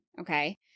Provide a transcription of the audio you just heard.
Okay